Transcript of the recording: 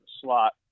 slot